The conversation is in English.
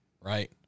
right